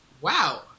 Wow